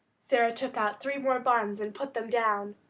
sara took out three more buns and put them down.